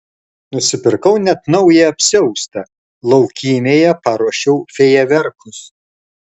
nusipirkau net naują apsiaustą laukymėje paruošiau fejerverkus